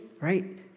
right